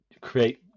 create